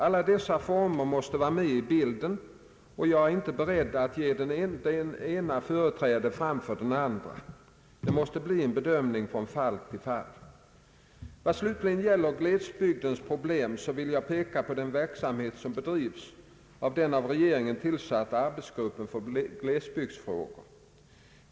Alla dessa former måste vara med i bilden, och jag är inte beredd att ge den ena företräde framför den andra. Det måste bli en bedömning från fall till fall. Vad slutligen gäller glesbygdens pro blem vill jag peka på den verksamhet som bedrivs av den av regeringen tillsatta arbetsgruppen för glesbygdsfrågor.